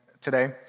today